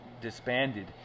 disbanded